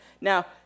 Now